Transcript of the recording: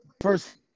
First